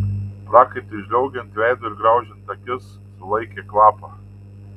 prakaitui žliaugiant veidu ir graužiant akis sulaikė kvapą